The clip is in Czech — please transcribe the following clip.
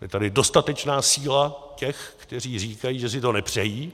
Je tady dostatečná síla těch, kteří říkají, že si to nepřejí.